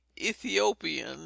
Ethiopian